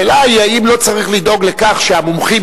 השאלה היא האם לא צריך לדאוג לכך שהמומחים